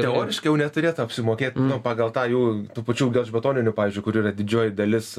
teoriškai jau neturėtų apsimokėt nu pagal tą jų tų pačių gelžbetoninių pavyzdžiui kur yra didžioji dalis